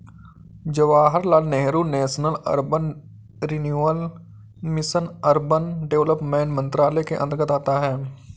Jawaharlal Nehru national urban renewal mission urban development मंत्रालय के अंतर्गत आता है